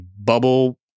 bubble